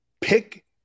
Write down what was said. Pick